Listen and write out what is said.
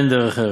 אין דרך ארץ.